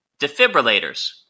Defibrillators